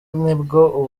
nibwo